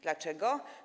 Dlaczego?